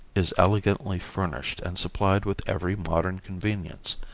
is elegantly furnished and supplied with every modern convenience.